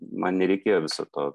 man nereikėjo viso to